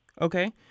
Okay